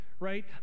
right